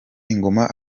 ingoma